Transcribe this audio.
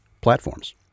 platforms